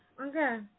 Okay